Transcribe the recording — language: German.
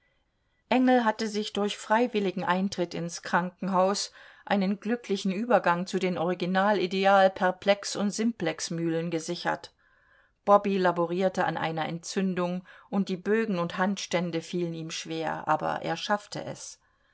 engel hatte sich durch freiwilligen eintritt ins krankenhaus einen glücklichen übergang zu den original ideal perplex und simplex mühlen gesichert bobby laborierte an einer entzündung und die bögen und handstände fielen ihm schwer aber er schaffte es